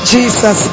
Jesus